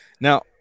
Now